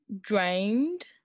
drained